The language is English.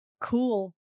cool